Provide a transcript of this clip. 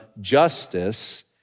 justice